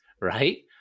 Right